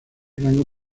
rango